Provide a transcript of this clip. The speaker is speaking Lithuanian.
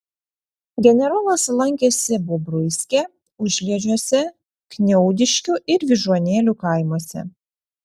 generolas lankėsi bobruiske užliedžiuose kniaudiškių ir vyžuonėlių kaimuose